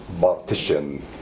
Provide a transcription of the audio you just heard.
partition